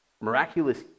Miraculous